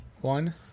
one